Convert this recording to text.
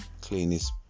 cleanest